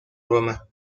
roma